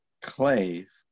clave